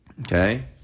okay